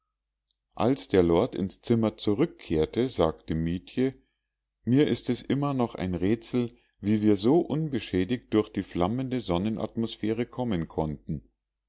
als der lord ins zimmer zurückkehrte sagte mietje mir ist es immer noch ein rätsel wie wir so unbeschädigt durch die flammende sonnenatmosphäre kommen konnten